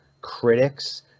critics